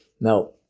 Now